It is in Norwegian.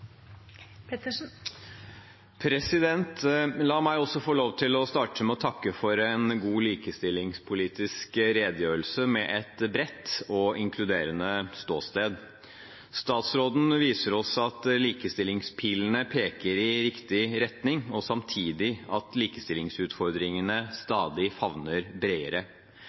det. La meg også få lov til å starte med å takke for en god likestillingspolitisk redegjørelse med et bredt og inkluderende ståsted. Statsråden viser oss at likestillingspilene peker i riktig retning, og samtidig at likestillingsutfordringene stadig